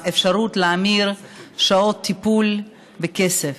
אפשרות להמיר שעות טיפול לכסף.